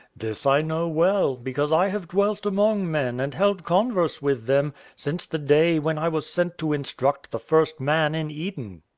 this i know well, because i have dwelt among men and held converse with them since the day when i was sent to instruct the first man in eden.